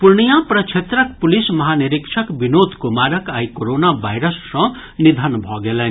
पूर्णियां प्रक्षेत्रक पुलिस महानिरीक्षक विनोद कुमारक आइ कोरोना वायरस सँ निधन भऽ गेलनि